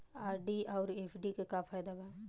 RD आउर FD के का फायदा बा?